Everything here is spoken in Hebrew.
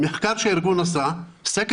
סקר שהארגון עשה,